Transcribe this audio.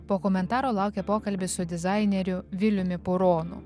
po komentaro laukia pokalbis su dizaineriu viliumi puronu